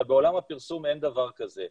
בעולם הפרסום אין דבר כזה,